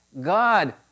God